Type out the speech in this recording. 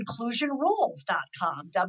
inclusionrules.com